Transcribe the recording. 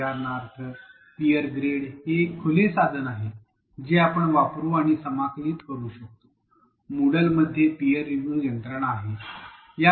उदाहरणार्थ peer grade हे एक खुले साधन आहे जे आपण वापरू आणि समाकलित करू शकतो मूडल मध्ये पीयर रिव्ह्यू यंत्रणा आहे